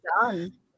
done